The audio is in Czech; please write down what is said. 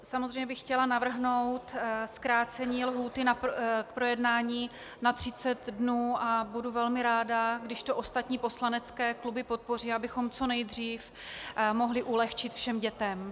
Samozřejmě bych chtěla navrhnout zkrácení lhůty k projednání na 30 dnů a budu velmi ráda, když to ostatní poslanecké kluby podpoří, abychom co nejdřív mohli ulehčit všem dětem.